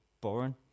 boring